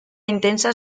intensa